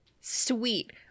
Sweet